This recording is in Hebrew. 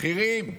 בכירים,